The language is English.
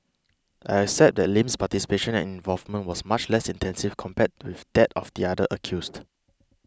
I accept that Lim's participation and involvement was much less extensive compared with that of the other accused